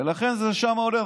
ולכן זה שב ועולה,